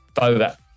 over